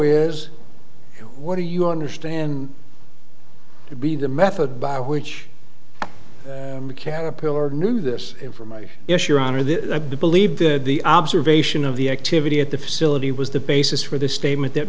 is what do you understand to be the method by which caterpillar knew this information yes your honor that i believe that the observation of the activity at the facility was the basis for the statement that